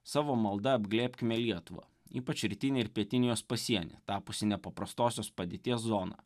savo malda apglėbkime lietuvą ypač rytinį ir pietinį jos pasienį tapusį nepaprastosios padėties zona